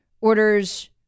orders